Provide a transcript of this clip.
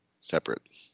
separate